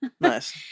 Nice